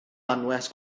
anwes